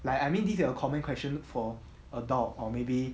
like I mean these that are common question for adult or maybe